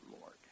Lord